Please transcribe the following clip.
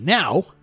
now